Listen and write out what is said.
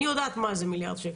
אני יודעת מה זה מיליארד שקלים.